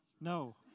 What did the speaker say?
No